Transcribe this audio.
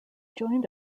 joined